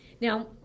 now